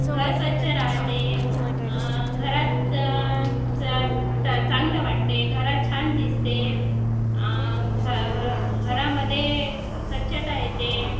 घर स्वच्छ राहाते घरात च च ट चांगलं वाटते घरात छान दिसते आ घ घरामध्ये स्वच्छता येते